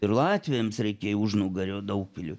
ir latviams reikėjo užnugario daugpiliu